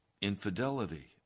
Infidelity